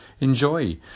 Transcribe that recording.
enjoy